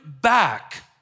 back